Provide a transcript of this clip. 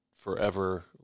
forever